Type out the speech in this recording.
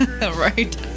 Right